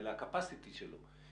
אלא הקפאסיטי שלו.